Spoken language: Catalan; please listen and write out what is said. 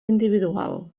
individual